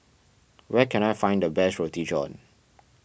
where can I find the best Roti John